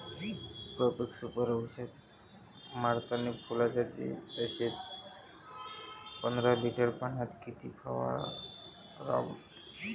Profex Super औषध मारतानी फुलाच्या दशेत पंदरा लिटर पाण्यात किती फवाराव?